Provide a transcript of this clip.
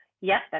Yes